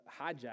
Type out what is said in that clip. hijack